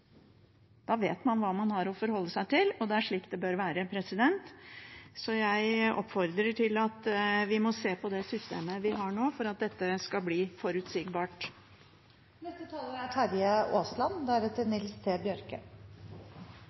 Da vet man hva man har å forholde seg til, og det er slik det bør være. Så jeg oppfordrer til at vi må se på det systemet vi har nå, for at dette skal bli